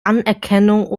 anerkennung